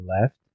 left